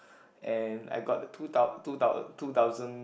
and I got the two thou~ two thou~ two thousand